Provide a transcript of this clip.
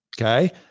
Okay